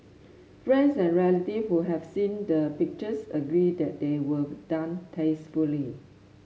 friends and relatives who have seen the pictures agree that they were done tastefully